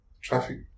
Traffic